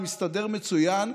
אני מסתדר מצוין.